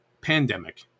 pandemic